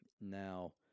Now